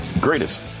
greatest